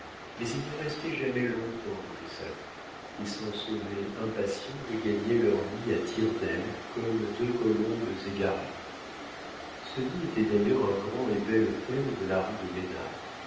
mais ils ne restaient jamais long-temps dans les salons et s'en sauvaient impatients de gagner leur nid à tire dailes comme deux colombes égarées ce nid était d'ailleurs un grand et bel hôtel de la rue de ménars